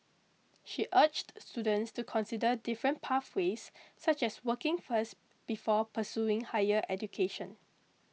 she urged students to consider different pathways such as working first before pursuing higher education